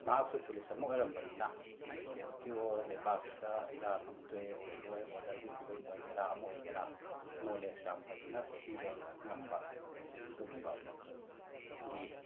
ꯃꯍꯥꯛꯁꯨ ꯄꯨꯂꯤꯁ ꯑꯃ ꯑꯣꯏꯔꯝꯕꯅꯤꯅ ꯗꯤꯐꯦꯟꯁꯀꯤ ꯑꯣꯔ ꯂꯩꯕꯥꯛꯁꯤꯗ ꯏꯔꯥꯡ ꯑꯃ ꯊꯣꯛꯑꯦ ꯑꯣꯔ ꯂꯣ ꯑꯦꯟ ꯑꯣꯔꯗꯔꯒꯤ ꯐꯤꯕꯝꯒꯤ ꯑꯣꯏꯒꯦꯔꯥ ꯑꯃ ꯑꯣꯏꯒꯦꯔꯥ ꯅꯣꯂꯦꯖ ꯌꯥꯝ ꯐꯖꯅ ꯄꯤꯕ ꯉꯝꯕ ꯑꯗꯨꯒꯨꯝꯕ ꯃꯈꯜ ꯒꯤ